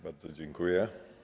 Bardzo dziękuję.